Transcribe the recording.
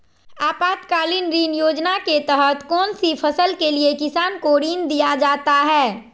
आपातकालीन ऋण योजना के तहत कौन सी फसल के लिए किसान को ऋण दीया जाता है?